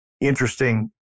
interesting